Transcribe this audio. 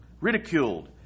ridiculed